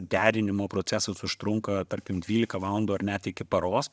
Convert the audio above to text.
derinimo procesas užtrunka tarkim dvylika valandų ar net iki paros